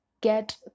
get